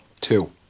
Two